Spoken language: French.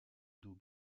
dos